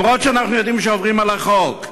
גם אם אנחנו יודעים שאנחנו עוברים על החוק.